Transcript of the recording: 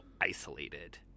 isolated